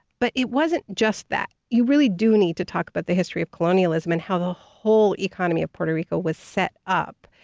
but it wasn't just that. you really do need to talk about the history of colonialism and how the whole economy of puerto rico was set up.